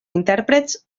intèrprets